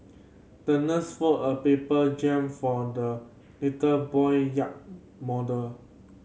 the nurse folded a paper jib for the little boy yacht model